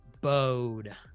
Bode